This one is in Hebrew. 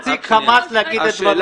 --- תן לנציג חמאס לומר את דברו.